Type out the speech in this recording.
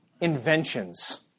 Inventions